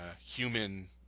human